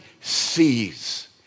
sees